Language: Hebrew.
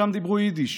שם דברו יידיש.